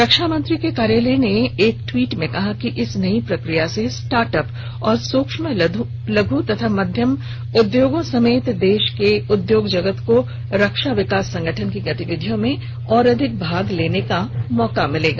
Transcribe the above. रक्षामंत्री के कार्यालय ने एक ट्वीट में कहा है कि इस नई प्रक्रिया से स्टाार्टप और सूक्ष्म लघ् और मध्यम उद्योगों समेत देश के उद्योग जगत को रक्षा अनुसंधान विकास संगठन की गतिविधियों में और अधिक भाग लेने का अवसर मिलेगा